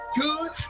good